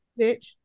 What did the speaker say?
Bitch